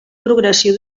progressiu